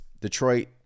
Detroit